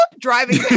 driving